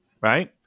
right